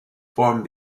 formed